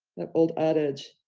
that old adage,